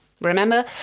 Remember